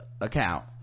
account